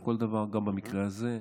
גם במקרה הזה.